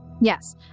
Yes